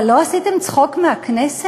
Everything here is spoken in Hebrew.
אבל לא עשיתם צחוק מהכנסת?